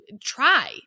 try